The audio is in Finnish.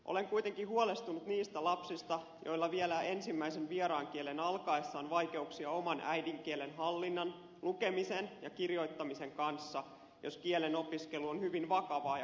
olen kuitenkin huolestunut niistä lapsista joilla vielä ensimmäisen vieraan kielen alkaessa on vaikeuksia oman äidinkielen hallinnan lukemisen ja kirjoittamisen kanssa jos kielen opiskelu on hyvin vakavaa ja koulumaista